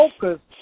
focus